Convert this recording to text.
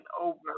over